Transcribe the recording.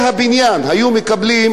היתה קרן פועלי הבניין.